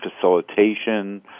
facilitation